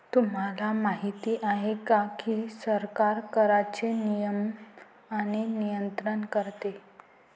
तुम्हाला माहिती आहे का की सरकार कराचे नियमन आणि नियंत्रण करते